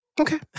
Okay